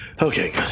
Okay